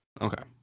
okay